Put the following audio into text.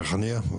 ריחאניה.